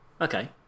Okay